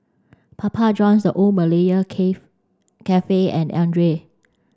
Papa Johns The Old Malaya cave Cafe and Andre